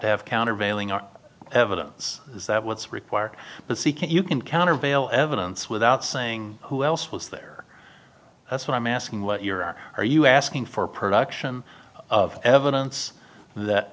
to have countervailing our evidence is that what's required but seeking you can countervail evidence without saying who else was there that's what i'm asking what you're are you asking for production of evidence that